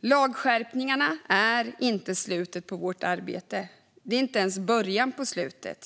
Lagskärpningarna är inte slutet på vårt arbete. De är inte ens början på slutet.